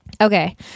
Okay